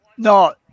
No